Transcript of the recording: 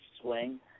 swing